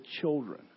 children